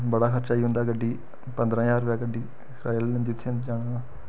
बड़ा खर्चा आई जंदा गड्डी पंदरां ज्हार रपेआ गड्डी कराया लेई लैंदी जाने दा